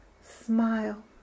smile